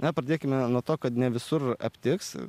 na pradėkime nuo to kad ne visur aptiks